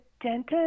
dentist